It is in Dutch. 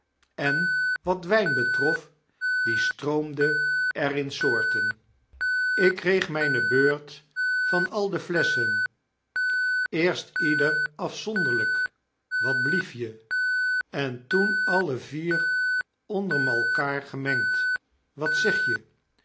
en wat wijn betrof die stroomde er in soorten ik kreeg myne beurt van al de flesschen eerst ieder afzonderlyk wat blief je en toen alle vier onder malkaar gemengd watzegje en toen